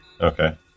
Okay